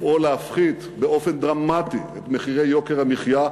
לפעול להפחית באופן דרמטי את יוקר המחיה,